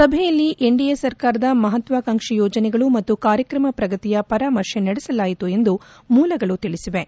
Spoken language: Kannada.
ಸಭೆಯಲ್ಲಿ ಎನ್ಡಿಎ ಸರ್ಕಾರದ ಮಹಾತ್ತಕಾಂಕ್ಲಿ ಯೋಜನೆಗಳು ಮತ್ತು ಕಾರ್ಯಕ್ರಮ ಪ್ರಗತಿಯ ಪರಾಮರ್ಶೆ ನಡೆಸಲಾಯಿತು ಎಂದು ಮೂಲಗಳು ತಿಳಿಸಿವೆ